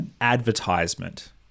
advertisement